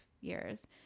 years